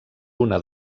una